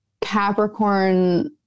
Capricorn